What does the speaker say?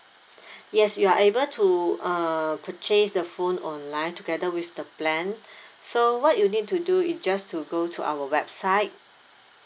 yes you are able to uh purchase the phone online together with the plan so what you need to do is just to go to our website